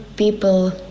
People